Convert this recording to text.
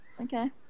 Okay